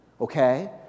okay